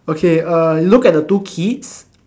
okay uh look at the two kids